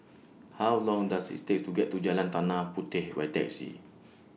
How Long Does IT Take to get to Jalan Tanah Puteh By Taxi